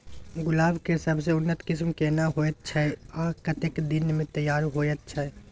गुलाब के सबसे उन्नत किस्म केना होयत छै आ कतेक दिन में तैयार होयत छै?